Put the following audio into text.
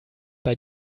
bei